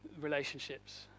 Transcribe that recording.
relationships